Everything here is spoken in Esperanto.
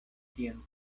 tion